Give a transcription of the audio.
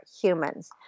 humans